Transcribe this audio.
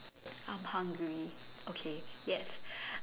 I'm hungry okay yes